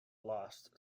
lost